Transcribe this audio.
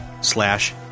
slash